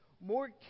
more